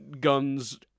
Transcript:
guns